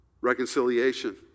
Reconciliation